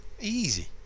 Easy